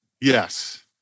Yes